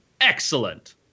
Excellent